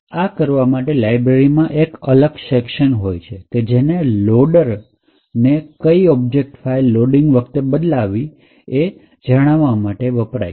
આ કરવા માટે લાયબ્રેરીમાં એક અલગ સેક્શન હોય છે કે જે લોડરને કઈ ઓબ્જેક્ટ ફાઈલ લોડિંગ વખતે બદલવી એ જણાવશે